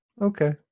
Okay